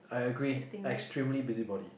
I agree extremely busybody